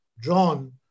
drawn